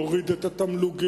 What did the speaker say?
הוריד את התמלוגים,